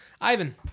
Ivan